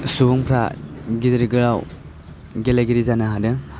सुबुंफ्रा गिदिर गोलाव गेलेगिरि जानो हादों